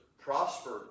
prospered